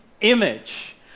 image